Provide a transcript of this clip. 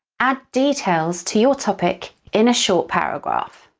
add details to your topic in a short paragraph.